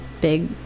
big